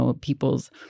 people's